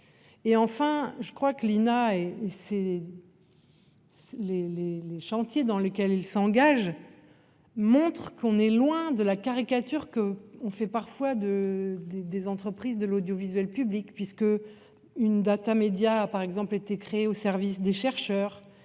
et et c'est. C'est les les les chantiers dans lequel ils s'engagent. Montre qu'on est loin de la caricature que on fait parfois de des des entreprises de l'audiovisuel public puisque une date média a par exemple été créés au service des chercheurs